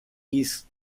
east